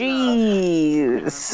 Jeez